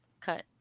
cut